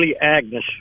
agnes